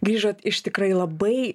grįžot iš tikrai labai